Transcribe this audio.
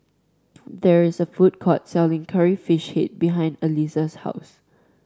there is a food court selling Curry Fish Head behind Aliza's house